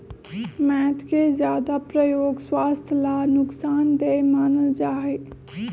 मैद के ज्यादा प्रयोग स्वास्थ्य ला नुकसान देय मानल जाहई